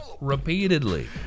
repeatedly